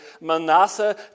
Manasseh